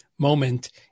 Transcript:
moment